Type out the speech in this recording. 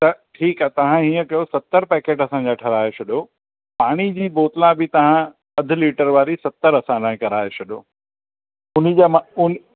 त ठीकु आहे तव्हां हीअं कयो सतर पैकेट असांजा ठाहिराए छॾो पाणी जी बोतलां बि तव्हां अधु लीटर वारी सतर असां लाइ कराए छॾो उन जा मां उन